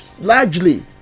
Largely